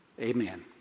Amen